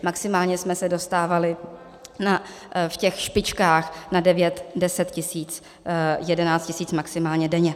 Maximálně jsme se dostávali v těch špičkách na 9, 10 tisíc, 11 tisíc maximálně denně.